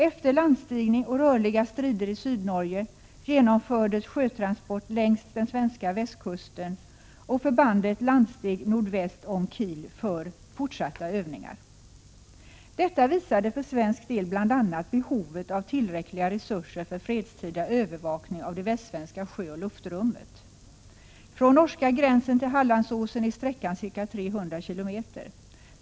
Efter landstigning och rörliga strider i Sydnorge genomfördes sjötransport längs den svenska västkusten, och förbandet landsteg nordväst om Kiel för fortsatta övningar. Övningen visade för svensk del bl.a. behovet av tillräckliga resurser för fredstida övervakning av det västsvenska sjöoch luftrummet. Från norska gränsen till Hallandsåsen är sträckan ca 300 km.